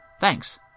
thanks